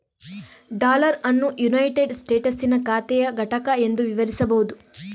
dollar ಅನ್ನು united ಸ್ಟೇಟಸ್ಸಿನ ಖಾತೆಯ ಘಟಕ ಎಂದು ವಿವರಿಸಬಹುದು